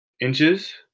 inches